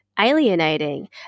alienating